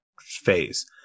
phase